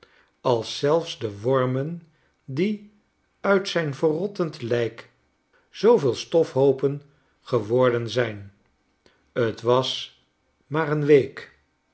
als zelfs de wormen die uit zijnverrottendujkvoortkomen zooveelstofhoopjes geworden zijn t was maar een week